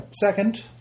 second